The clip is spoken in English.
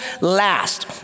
last